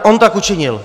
On tak učinil.